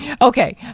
okay